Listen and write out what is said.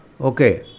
Okay